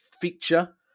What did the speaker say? feature